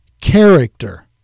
character